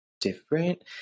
different